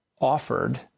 offered